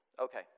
Okay